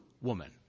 woman